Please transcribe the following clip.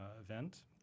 event